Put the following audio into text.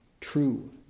true